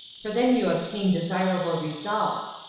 for then you obtain desirable results.